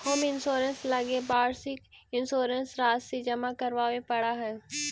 home insurance लगी वार्षिक insurance राशि जमा करावे पड़ऽ हइ